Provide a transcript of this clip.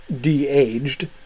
de-aged